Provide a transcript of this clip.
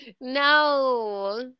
No